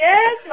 Yes